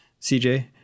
CJ